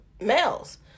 males